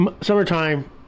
summertime